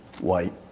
white